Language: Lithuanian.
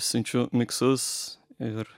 siunčiu miksus ir